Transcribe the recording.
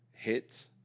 hit